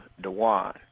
Dewan